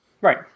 Right